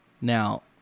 Now